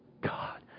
God